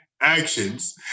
actions